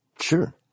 Sure